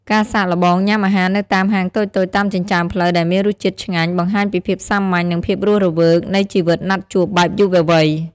ការសាកល្បងញ៉ាំអាហារនៅតាមហាងតូចៗតាមចិញ្ចើមផ្លូវដែលមានរសជាតិឆ្ងាញ់ បង្ហាញពីភាពសាមញ្ញ និងភាពរស់រវើកនៃជីវិតណាត់ជួបបែបយុវវ័យ។